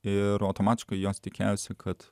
ir automatiškai jos tikėjosi kad